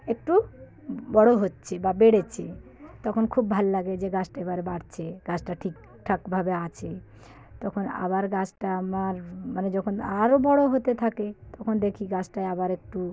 একটু বড় হচ্ছে বা বেড়েছে তখন খুব ভালো লাগে যে গাছটা এবারে বাড়ছে গাছটা ঠিকঠাকভাবে আছে তখন আবার গাছটা আমার মানে যখন আরও বড় হতে থাকে তখন দেখি গাছটায় আবার একটু